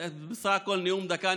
בסך הכול נאום של דקה,